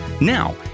Now